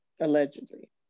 Allegedly